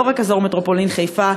לא רק אזור מטרופולין חיפה,